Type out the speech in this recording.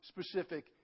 specific